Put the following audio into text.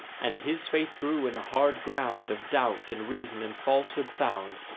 and his faith grew in a hard ground of doubt and reason and falsehood found,